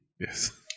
yes